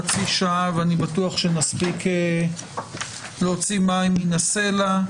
עומדת לרשותנו חצי שעה ואני בטוח שנספיק להוציא מים מן הסלע.